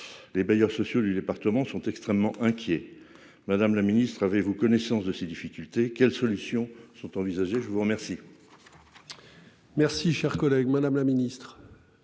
Les bailleurs sociaux du département sont extrêmement inquiets. Madame la ministre, avez-vous connaissance de ces difficultés ? Quelles sont les solutions envisagées ? La parole